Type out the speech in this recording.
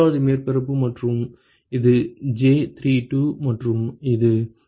மூன்றாவது மேற்பரப்பு மற்றும் இது J32 மற்றும் இது J2